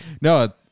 no